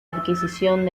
adquisición